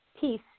peace